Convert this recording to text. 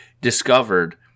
discovered